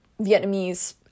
vietnamese